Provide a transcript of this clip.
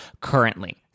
currently